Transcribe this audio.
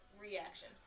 reaction